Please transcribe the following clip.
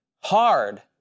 hard